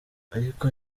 ariko